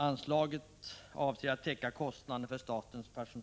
Anslaget avser att täcka kostnaderna för statens löneoch